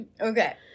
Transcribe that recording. Okay